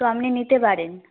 তো আপনি নিতে পারেন